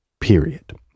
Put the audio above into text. period